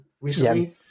recently